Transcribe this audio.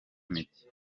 mike